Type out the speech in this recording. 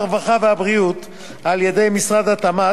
הרווחה והבריאות על-ידי משרד התמ"ת,